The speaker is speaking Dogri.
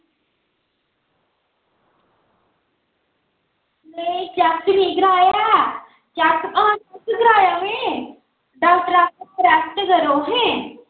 में चैक निं कराया ऐ चैक हां चैक कराया में डॉक्टर आक्खा दा रैस्ट करो अहें